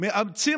מאמצים